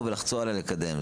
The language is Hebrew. ולחצו עליי לקדם.